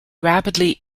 rapidly